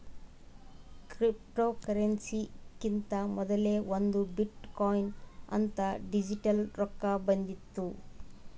ಕ್ರಿಪ್ಟೋಕರೆನ್ಸಿಕಿಂತಾ ಮೊದಲೇ ಒಂದ್ ಬಿಟ್ ಕೊಯಿನ್ ಅಂತ್ ಡಿಜಿಟಲ್ ರೊಕ್ಕಾ ಬಂದಿತ್ತು